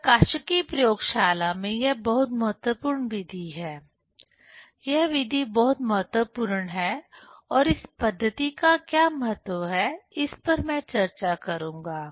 प्रकाशिकी प्रयोगशाला में यह बहुत महत्वपूर्ण विधि है यह विधि बहुत महत्वपूर्ण है और इस पद्धति का क्या महत्व है इस पर मैं चर्चा करूंगा